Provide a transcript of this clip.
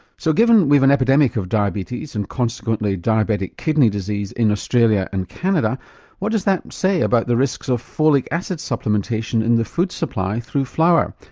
so given we've an epidemic of diabetes and consequently diabetic kidney disease in australia and canada what does that say about the risks of folic acid supplementation in the food supply through flour.